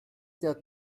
der